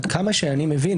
עד כמה שאני מבין,